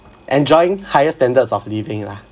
enjoying higher standards of living lah